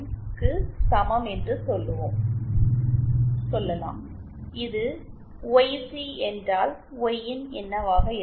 0 க்கு சமம் என்று சொல்லலாம் இது ஒய்சி YC என்றால் ஒய்என் என்னவாக இருக்கும்